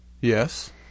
Yes